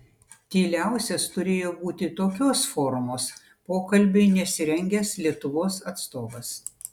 tyliausias turėjo būti tokios formos pokalbiui nesirengęs lietuvos atstovas